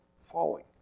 falling